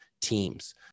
teams